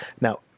Now